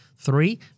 Three